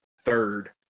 third